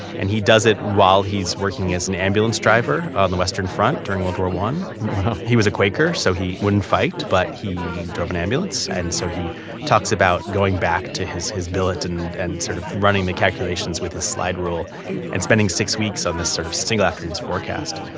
and he does it while he's working as an ambulance driver on the western front during world war one wow he was a quaker so he wouldn't fight, but he drove an ambulance. and so he talks about going back to his his billet and and sort of running the calculations with his slide rule and spending six weeks on this sort of single afternoon's forecast,